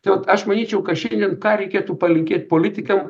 tai vat aš manyčiau kad šiandien ką reikėtų palinkėt politikam